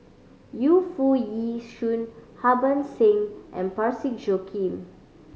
Yu Foo Yee Shoon Harbans Singh and Parsick Joaquim